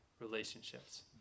relationships